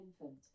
infant